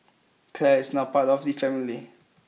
Clare is now part of the family